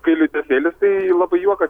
kai liūdesėlis tai labai juokas